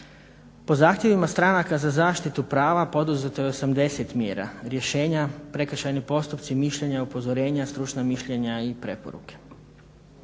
Po zahtjevima stranaka za zaštitu prava poduzeto je 80 mjera. Rješenja, prekršajni postupci, mišljenja, upozorenja, stručna mišljenja i preporuke.